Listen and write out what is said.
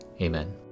Amen